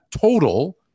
total